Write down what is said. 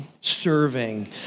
serving